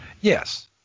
Yes